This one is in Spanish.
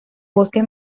bosque